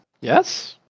yes